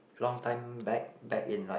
long time back back in like